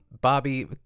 Bobby